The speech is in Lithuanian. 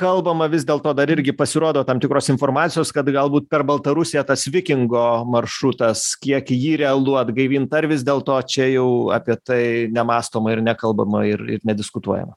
kalbama vis dėl to dar irgi pasirodo tam tikros informacijos kad galbūt per baltarusiją tas vikingo maršrutas kiek jį realu atgaivint ar vis dėlto čia jau apie tai nemąstoma ir nekalbama ir nediskutuojama